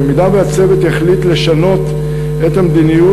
במידה שהצוות יחליט לשנות את המדיניות,